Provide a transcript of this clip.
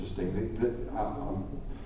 interesting